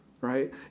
right